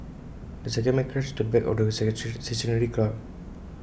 the second man crashed into the back of the stationary car